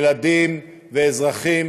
ילדים ואזרחים